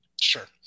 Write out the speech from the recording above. Sure